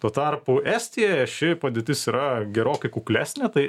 tuo tarpu estijoje ši padėtis yra gerokai kuklesnė tai